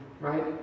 Right